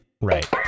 right